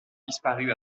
disparu